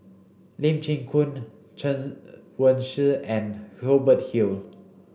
Lee Chin Koon Chen Wen Hsi and Hubert Hill